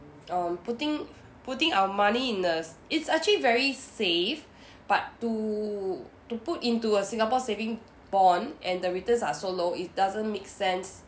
um putting putting our money in a s~ it's actually very safe but to to put into a singapore saving bond and the returns are so low it doesn't make sense